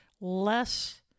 less